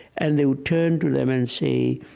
and they would turn to them and say,